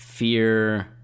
Fear